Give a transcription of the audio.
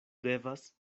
devas